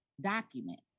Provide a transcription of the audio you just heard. document